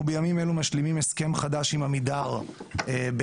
אנחנו בימים אלה משלימים הסכם חדש עם עמידר בהיקף